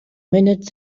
minutes